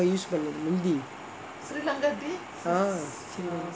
use பண்ணது முந்தி:pannathu munthi ah